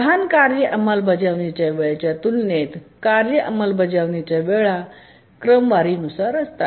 लहान कार्य अंमलबजावणी च्या वेळेच्या तुलनेत कार्य अंमलबजावणी वेळा क्रमवारीनुसार असतात